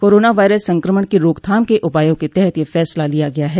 corona virus संक्रमण की रोकथाम के उपायों के तहत यह फैसला किया गया है